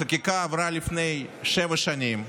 החקיקה עברה לפני שבע שנים,